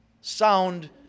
sound